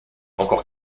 encore